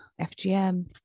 FGM